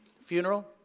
funeral